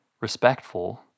respectful